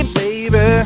baby